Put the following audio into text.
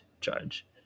judge